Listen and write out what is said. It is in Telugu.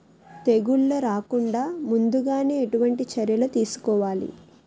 తెగుళ్ల రాకుండ ముందుగానే ఎటువంటి చర్యలు తీసుకోవాలి?